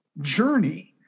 journey